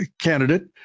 candidate